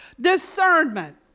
discernment